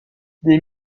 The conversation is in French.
des